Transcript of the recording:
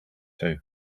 too